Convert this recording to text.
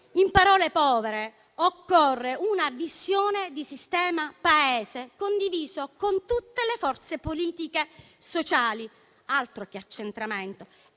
In parole povere, occorre una visione di sistema Paese condivisa con tutte le forze politiche sociali, altro che accentramento.